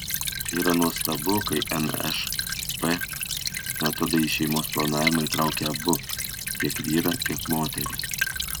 yra nuostabu kai nšp metodai į šeimos planavimą įtraukia abu tiek vyrą tiek moterį